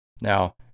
Now